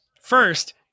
first